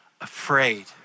afraid